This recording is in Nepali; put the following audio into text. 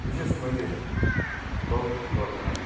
विशेष मैले बौद्धिक तवरमा